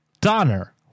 donner